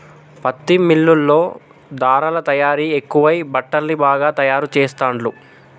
పత్తి మిల్లుల్లో ధారలా తయారీ ఎక్కువై బట్టల్ని బాగా తాయారు చెస్తాండ్లు